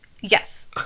Yes